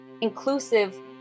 inclusive